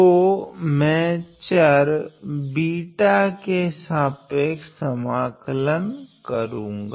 तो मैं चर के सापेक्ष समाकलन करुगा